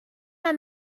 man